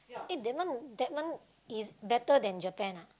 eh that one that one is better than Japan ah